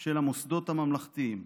של המוסדות הממלכתיים.